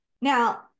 Now